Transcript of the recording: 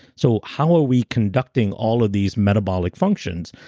so how are we conducting all of these metabolic functions?